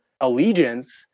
allegiance